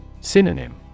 Synonym